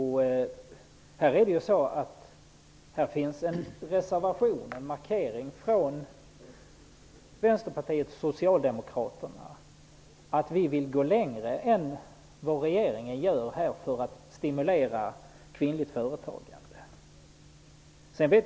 Här finns en reservation från Vänsterpartiet och Socialdemokraterna, där vi markerar att vi vill gå längre än vad regeringen gör för att stimulera kvinnligt företagande.